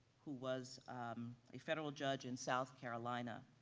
who was a federal judge in south carolina.